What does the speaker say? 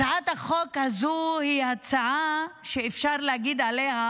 הצעת החוק הזו היא הצעה שאפשר להגיד עליה